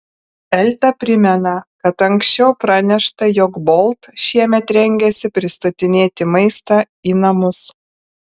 elta primena kad anksčiau pranešta jog bolt šiemet rengiasi pristatinėti maistą į namus